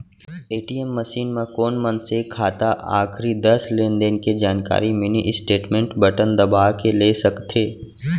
ATM machine म कोन मनसे खाता आखरी दस लेनदेन के जानकारी मिनी स्टेटमेंट बटन दबा के ले सकथे